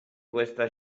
questa